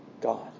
God